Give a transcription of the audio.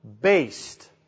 based